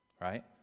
Right